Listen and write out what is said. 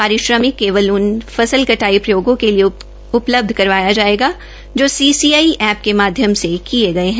पारिश्रमिक केवल उन फसल कटाई प्रयोगों के लिए उपलब्ध करवाया जाएगा जो सीसीई एप्प के माध्यम से किए गए हैं